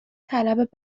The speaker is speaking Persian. طلب